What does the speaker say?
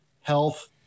health